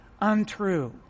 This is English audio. untrue